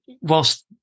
whilst